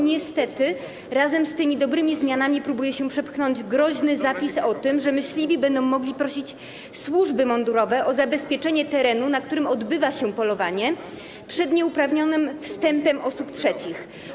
Niestety razem z tymi dobrymi zmianami próbuje się przepchnąć groźny zapis o tym, że myśliwi będą mogli prosić służby mundurowe o zabezpieczenie terenu, na którym odbywa się polowanie, przed nieuprawnionym wstępem osób trzecich.